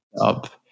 up